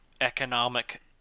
economic